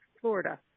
Florida